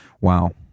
Wow